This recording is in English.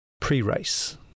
pre-race